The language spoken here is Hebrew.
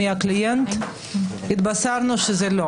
מי הקליינט התבשרנו שאין.